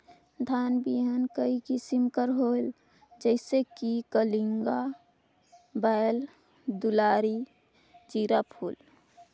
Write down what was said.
धान बिहान कई किसम के होयल जिसे कि कलिंगा, बाएल दुलारी, जीराफुल?